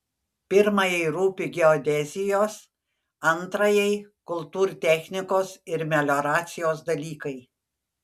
pirmajai rūpi geodezijos antrajai kultūrtechnikos ir melioracijos dalykai